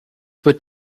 would